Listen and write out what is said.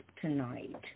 tonight